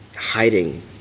hiding